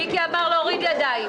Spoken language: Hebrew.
מיקי אמר להוריד ידיים.